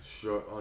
Sure